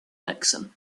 nixon